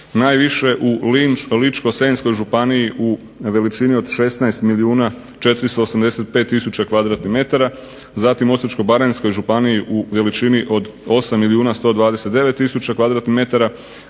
najviše u Ličko-senjskoj županiji u veličini od 16 milijuna 485000 kvadratnih metara, zatim Osječko-baranjskoj županiji u veličini od 8 milijuna 129000 kvadratnih metara,